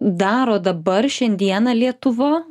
daro dabar šiandieną lietuva